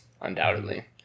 undoubtedly